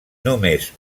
només